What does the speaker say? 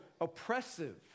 oppressive